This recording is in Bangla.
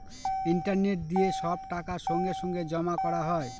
ইন্টারনেট দিয়ে সব টাকা সঙ্গে সঙ্গে জমা করা হয়